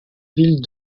ville